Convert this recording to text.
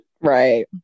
right